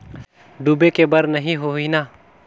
डूबे के बर नहीं होही न?